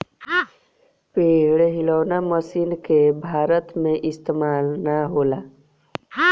पेड़ हिलौना मशीन के भारत में इस्तेमाल ना होला